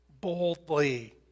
boldly